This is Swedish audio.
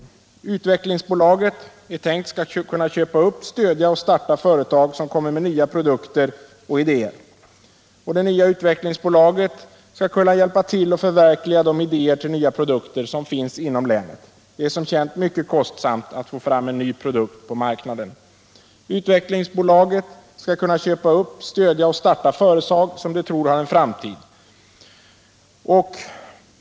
Det är tänkt att utvecklingsbolaget skall kunna köpa upp, stödja och starta företag som kommer med nya produkter och idéer. Det nya utvecklingsbolaget skall kunna hjälpa till att förverkliga de idéer till nya produkter som finns inom länet. Det är, som känt, mycket kostsamt att få fram en ny produkt på marknaden. Utvecklingsbolaget skall kunna köpa upp, stödja och starta företag som man tror har en framtid.